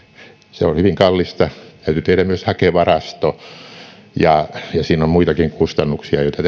se on hyvin kallista täytyy tehdä myös hakevarasto ja siinä on muitakin kustannuksia joita